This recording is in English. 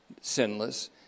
sinless